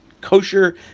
kosher